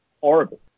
horrible